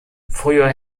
früher